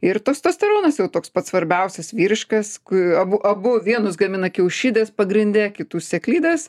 ir tostosteronas jau toks pats svarbiausias vyriškas kai abu abu vienus gamina kiaušidės pagrinde kitų sėklidės